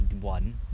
one